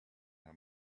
her